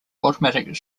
automatic